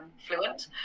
fluent